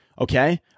Okay